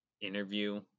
interview